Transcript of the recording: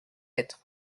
être